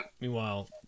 Meanwhile